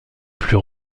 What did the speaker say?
plus